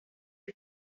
del